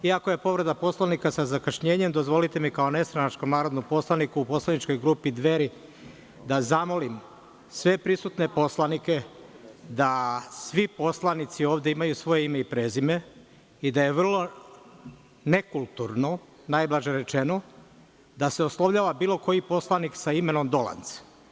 Iako je povreda Poslovnika sa zakašnjenjem, dozvolite mi kao nestranačkom narodnom poslaniku u poslaničkoj grupi Dveri da zamolim sve prisutne poslanike da svi poslanici ovde imaju svoje ime i prezime i da je vrlo nekulturno, najblaže rečeno, da se oslovljava bilo koji poslanik sa imenom Dolanc.